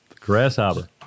Grasshopper